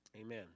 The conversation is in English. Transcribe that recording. Amen